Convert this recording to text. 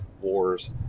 wars